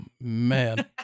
man